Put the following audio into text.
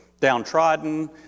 downtrodden